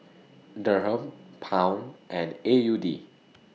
Dirham Pound and A U D